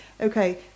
okay